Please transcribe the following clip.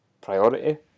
priority